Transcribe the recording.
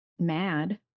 mad